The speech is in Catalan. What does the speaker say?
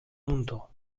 muntó